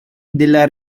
della